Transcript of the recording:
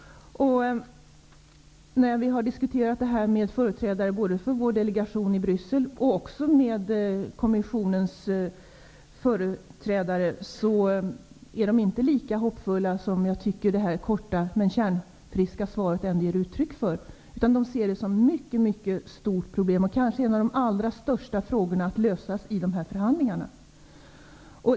När vi har diskuterat detta med företrädare både för vår delegation i Bryssel och för kommissionen har de inte varit lika hoppfulla som jag tycker att jordbruksministern var i sitt korta men kärnfulla svar. De ser detta som ett mycket stort problem, kanske en av de allra största frågorna att lösa vid förhandlingarna.